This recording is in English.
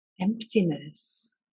emptiness